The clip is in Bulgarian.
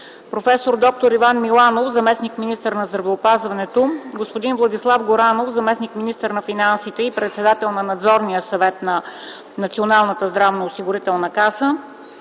проф. д-р Иван Миланов - заместник-министър на здравеопазването, господин Владислав Горанов - заместник-министър на финансите и председател на Надзорния съвет на Националната здравноосигурителна каса,